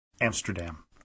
Amsterdam